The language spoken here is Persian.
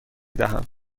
دهم